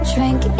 Drink